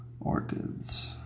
orchids